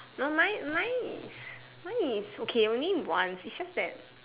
no mine mine is mine is okay maybe once is just that